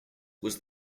was